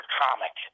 comic